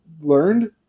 learned